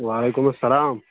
وعلیکُم اَسلام